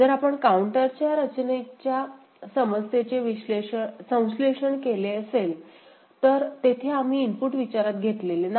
जर आपण काउंटरच्या रचनेच्या समस्येचे संश्लेषण पाहिले असेल तर तेथे आम्ही इनपुट विचारात घेतलेले नाही